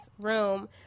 room